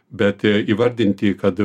bet įvardinti kad